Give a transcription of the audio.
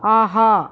ஆஹா